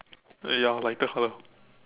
ya lighter colour